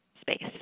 space